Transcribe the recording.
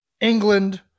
England